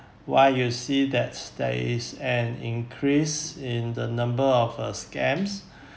why you see that's there is an increase in the number of uh scams